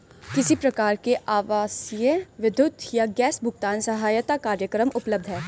किस प्रकार के आवासीय विद्युत या गैस भुगतान सहायता कार्यक्रम उपलब्ध हैं?